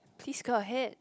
please go ahead